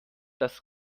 das